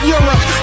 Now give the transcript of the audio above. Europe